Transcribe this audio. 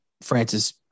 Francis